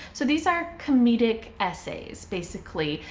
so these are comedic essays. basically,